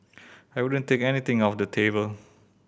I wouldn't take anything off the table